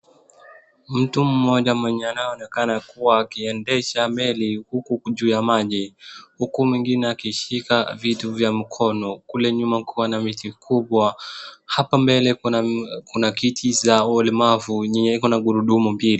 Mtu mmoja mwenye anaonekana kuwa akiendesha meli huku, juu ya maji, huku mwingine akishika vitu vya mkono. Kule nyuma kukona miti kubwa. Hapa mbele kuna kiti za walemavu yenye ikona gurudumu mbili.